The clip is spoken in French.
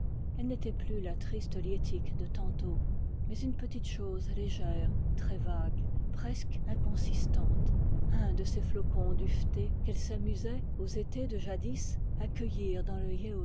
elle n'était plus la triste liettik de tantôt mais une petite chose légère très vague presque inconsistante un de ces flocons duvetés qu'elle s'amusait aux étés de jadis à cueillir dans le